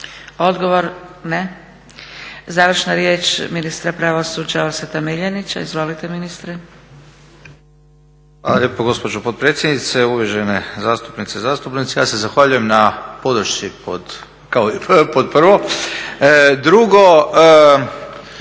Odgovor? Ne. Završna riječ ministra pravosuđa Orsata Miljenića. Izvolite ministre. **Miljenić, Orsat** Hvala lijepo gospođo potpredsjednice, uvažene zastupnice i zastupnici. Ja se zahvaljujem na podršci kao pod prvo. Drugo,